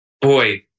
boy